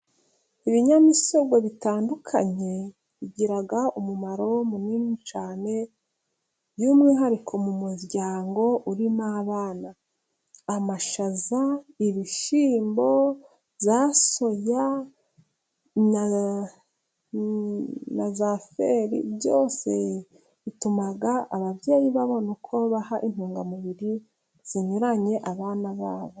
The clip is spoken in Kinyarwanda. Ibinyamisogwe bitandukanye bigira umumaro munini cyane, by'umwihariko mu muryango urimo abana. Amashaza, ibishyimbo, za soya, na naza feri, byose bituma ababyeyi babona uko baha intungamubiri zinyuranye abana babo.